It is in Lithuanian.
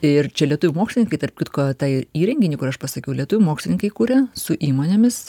ir čia lietuvių mokslininkai tarp kitko tą įrenginį kur aš pasakiau lietuvių mokslininkai kuria su įmonėmis